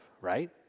right